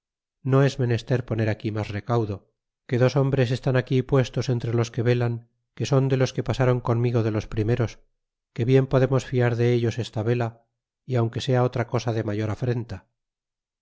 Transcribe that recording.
no es menester poner aquí mas recaudo que dos hombres están aquí puestos entre los que velan que son de los que pasron conmigo de los primeros que bien podemos fiar de ellos esta vela y aunque sea otra cosa de mayor afrenta